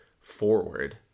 forward